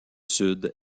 sud